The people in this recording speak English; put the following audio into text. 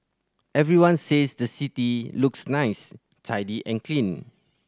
everyone says the city looks nice tidy and clean